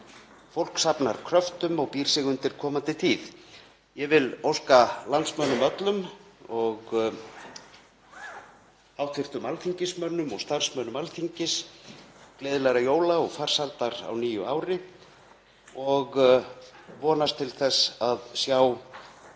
Fólk safnar kröftum og býr sig undir komandi tíð. Ég óska landsmönnum öllum og hv. alþingismönnum og starfsmönnum Alþingis gleðilegra jóla og farsældar á nýju ári og vonast til þess að sjá